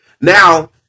Now